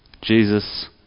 Jesus